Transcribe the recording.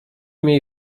mniej